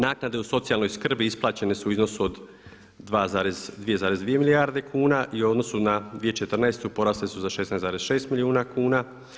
Naknade u socijalnoj skrbi isplaćene su u iznosu od 2,2 milijarde kuna i u odnosu na 2014. porasle su za 16,6 milijuna kuna.